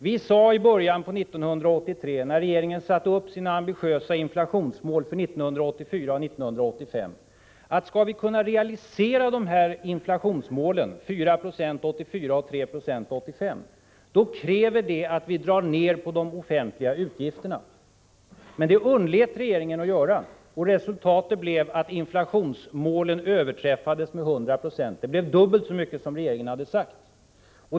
Vi sade i början på 1983, när regeringen satte upp sina ambitiösa inflationsmål för 1984 och 1985, att skall vi kunna realisera dessa inflationsmål — 4 90 1984 och 3 26 1985 — krävs det att vi drar ner på de offentliga utgifterna. Men detta underlät regeringen att göra, och resultatet blev att inflationsmålen överträffades med 100 96 — det blev dubbelt så mycket som regeringen hade sagt.